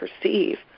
perceive